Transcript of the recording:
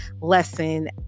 lesson